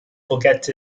forget